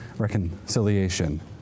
Reconciliation